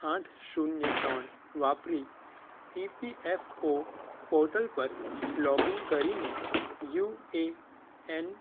આઠ શૂન્ય ત્રણ વાપરી ઇપીએફઓ પોર્ટલ પર લોગઇન કરીને યુએએન